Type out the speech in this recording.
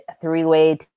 three-way